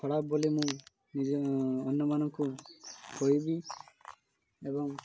ଖରାପ ବୋଲି ମୁଁ ନିଜ ଅନ୍ୟମାନଙ୍କୁ କହିବି ଏବଂ